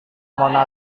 mona